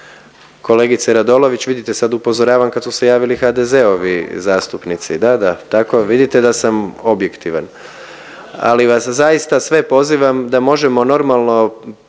Kolegice Radolović, vidite sad upozoravam kad su se javili HDZ-ovi zastupnici… …/Upadica iz klupe se ne razumije./… … da, da, tako vidite da sam objektivan, ali vas zaista sve pozivam da možemo normalno,